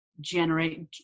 generate